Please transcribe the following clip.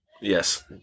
Yes